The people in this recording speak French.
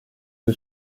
que